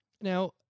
Now